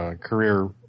career